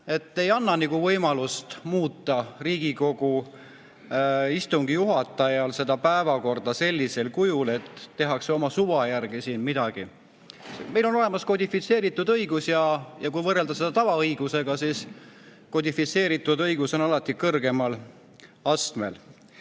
See ei anna nagu Riigikogu istungi juhatajale võimalust muuta päevakorda sellisel kujul, et tehakse oma suva järgi midagi. Meil on olemas kodifitseeritud õigus ja kui võrrelda seda tavaõigusega, siis kodifitseeritud õigus on alati kõrgemal astmel. Ja